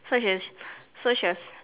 so she so she was